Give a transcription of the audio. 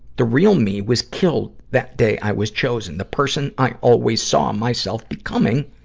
the real me was killed that day i was chosen. the person i always saw myself becoming,